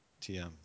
TM